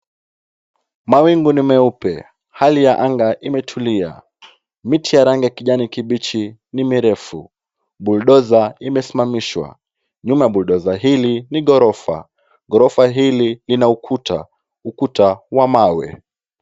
Mawingu ni meupe, hali ya anga imetulia .Miti ya rangi ya kijani kibichi ni mirefu. Bulldozer imesimamishwa, nyuma ya bulldozer hili ni ghorofa. Ghorofa hili lina ukuta, ukuta wa mawe.